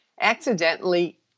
accidentally